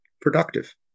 productive